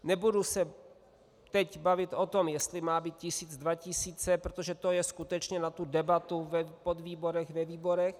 Nebudu se teď bavit o tom, jestli má být tisíc, dva tisíce, protože to je skutečně na debatu v podvýborech, ve výborech.